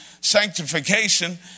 sanctification